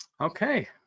Okay